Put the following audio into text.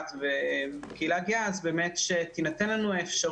גם בהמשך לשאלה של מירב שעשתה הרבה כדי שיהיה את התקציב